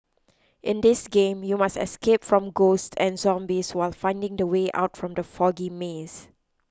in this game you must escape from ghosts and zombies while finding the way out from the foggy maze